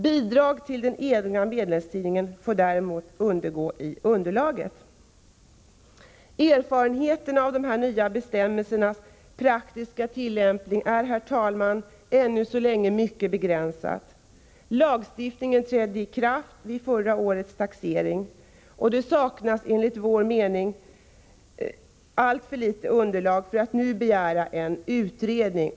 Bidrag till egna medlemstidningar m.m. får däremot ingå i underlaget.” Erfarenheterna av de nya bestämmelsernas praktiska tillämpning är, herr talman, ännu mycket begränsade. Lagstiftningen trädde i kraft vid förra årets taxering. Det finns enligt vår mening alltför litet underlag för att nu begära en utredning.